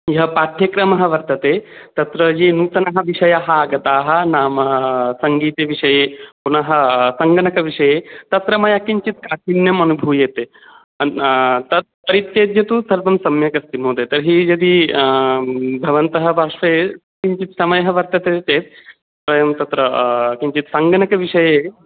यः पाठ्यक्रमः वर्तते तत्र ये नूतनाः विषयाः आगताः नाम सङ्गितविषये पुनः सङ्गणकविषये तत्र मया किञ्चित् काठिन्यम् अनुभूयते तत् परित्यज्य तु सर्वं सम्यक् अस्ति महोदय तर्हि यदि भवन्तः पार्श्वे किञ्चित् समयः वर्तते चेत् वयम् तत्र किञ्चित् सङ्गणकविषये